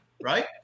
right